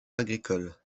agricole